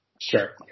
Sure